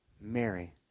Mary